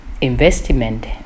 investment